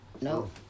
No